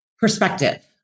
perspective